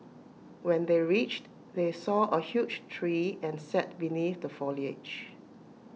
when they reached they saw A huge tree and sat beneath the foliage